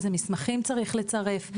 איזה מסמכים צריך לצרף,